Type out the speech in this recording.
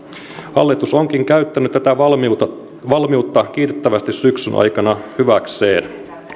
hallitus onkin käyttänyt tätä valmiutta valmiutta kiitettävästi syksyn aikana hyväkseen